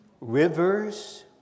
Rivers